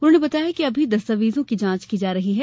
उन्होंने बताया कि अभी दस्तावेजों की जांच की जा रही है